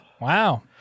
Wow